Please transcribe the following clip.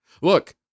Look